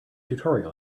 tutorial